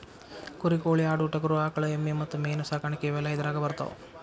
ಕುರಿ ಕೋಳಿ ಆಡು ಟಗರು ಆಕಳ ಎಮ್ಮಿ ಮತ್ತ ಮೇನ ಸಾಕಾಣಿಕೆ ಇವೆಲ್ಲ ಇದರಾಗ ಬರತಾವ